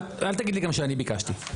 אל תגיד לי גם שאני ביקשתי.